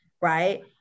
right